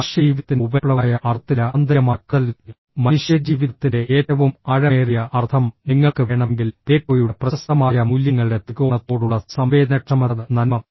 മനുഷ്യജീവിതത്തിൻറെ ഉപരിപ്ലവമായ അർത്ഥത്തിലല്ല ആന്തരികമായ കാതൽഃ മനുഷ്യജീവിതത്തിൻറെ ഏറ്റവും ആഴമേറിയ അർത്ഥം നിങ്ങൾക്ക് വേണമെങ്കിൽ പ്ലേറ്റോയുടെ പ്രശസ്തമായ മൂല്യങ്ങളുടെ ത്രികോണത്തോടുള്ള സംവേദനക്ഷമതഃ നന്മ